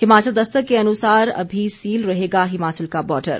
हिमाचल दस्तक के अनुसार अभी सील रहेगा हिमाचल का बॉर्डर